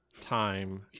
time